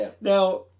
Now